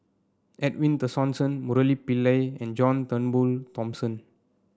Edwin Tessensohn Murali Pillai and John Turnbull Thomson